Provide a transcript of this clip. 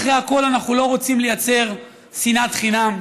אחרי הכול אנחנו לא רוצים לייצר שנאת חינם,